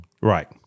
Right